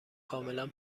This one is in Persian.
کاملا